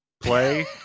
play